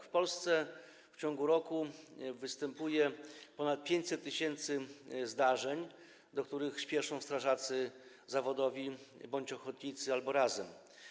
W Polsce w ciągu roku występuje ponad 500 tys. zdarzeń, do których spieszą strażacy zawodowi bądź ochotnicy albo razem.